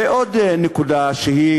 ועוד נקודה, שהיא